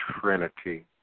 trinity